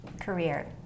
career